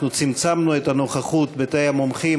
אנחנו צמצמנו את הנוכחות בתאי המומחים,